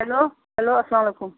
hello hello السلامُ علیکُم